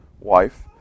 wife